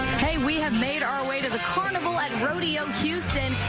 hey, we have made our way to the carnival at rodeo houston.